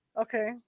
okay